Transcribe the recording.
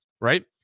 right